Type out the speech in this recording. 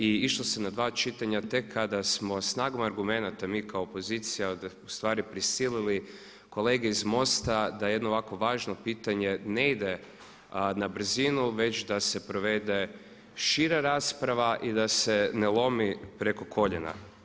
I išlo se na dva čitanja tek kada smo snagom argumenata mi kao pozicija u stvari prisilili kolege iz MOST-a da jedno ovako važno pitanje ne ide na brzinu već da se provede šira rasprava i da se ne lomi preko koljena.